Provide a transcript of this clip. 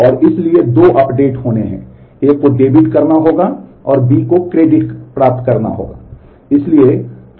और इसलिए दो अपडेट होने हैं A को डेबिट करना होगा और B को क्रेडिट प्राप्त करना होगा